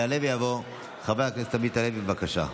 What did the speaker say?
יעלה ויבוא חבר הכנסת עמית הלוי, בבקשה.